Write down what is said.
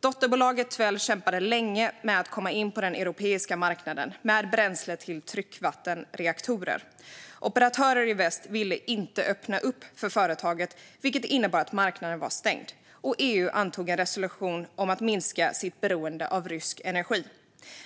Dotterbolaget Tvel kämpade länge med att komma in på den europeiska marknaden för bränsle till tryckvattenreaktorer. Operatörer i väst ville inte öppna upp för företaget, vilket innebar att marknaden var stängd, och EU antog en resolution om att minska sitt beroende av rysk energi.